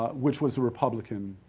ah which was a republican